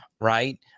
right